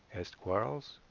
asked quarles.